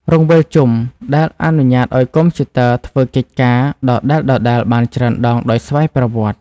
រង្វិលជុំ ដែលអនុញ្ញាតឱ្យកុំព្យូទ័រធ្វើកិច្ចការដដែលៗបានច្រើនដងដោយស្វ័យប្រវត្តិ។